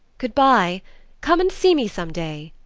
good-bye come and see me some day,